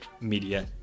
media